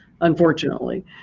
unfortunately